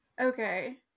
Okay